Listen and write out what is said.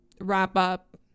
wrap-up